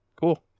cool